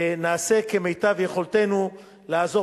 ונעשה כמיטב יכולתנו לעזור.